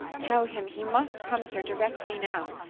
tell him he must come here directly now.